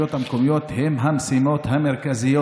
הרשויות המקומיות הם המשימות המרכזיות